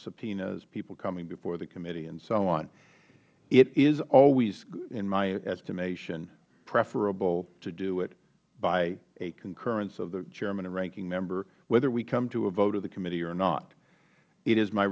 subpoenas people coming before the committee and so on it is always in my estimation preferable to do it by a concurrence of the chairman and ranking member whether we come to a vote of the committee or not it is my